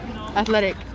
Athletic